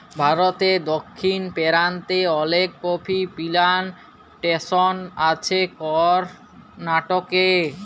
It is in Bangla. ভারতে দক্ষিণ পেরান্তে অলেক কফি পিলানটেসন আছে করনাটকে